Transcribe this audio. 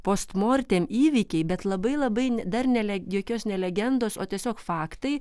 post mortem įvykiai bet labai labai dar neleg jokios ne legendos o tiesiog faktai